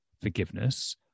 forgiveness